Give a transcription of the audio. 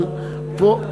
אבל פה,